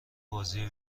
بازی